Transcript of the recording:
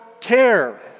care